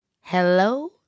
hello